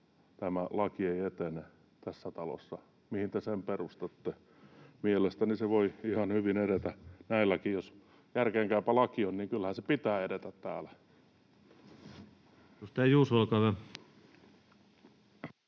tämä laki ei etene tässä talossa. Mihin te sen perustatte? Mielestäni se voi ihan hyvin edetä näilläkin. Jos on järkeenkäypä laki, niin kyllähän sen pitää edetä täällä. Edustaja Juuso, olkaa hyvä.